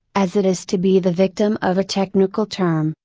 as it is to be the victim of a technical term,